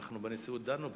שאנחנו בנשיאות דנו בזה,